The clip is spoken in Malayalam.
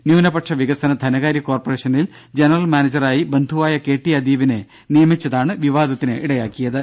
ന്യൂനപക്ഷ വികസന ധനകാര്യ കോർപറേഷനിൽ ജനറൽ മാനേജറായി ബന്ധുവായ കെ ടി അദീപിനെ നിയമിച്ചതാണ് വിവാദത്തിനിടയാക്കിയത്